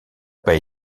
pas